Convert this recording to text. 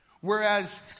Whereas